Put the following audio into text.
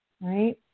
right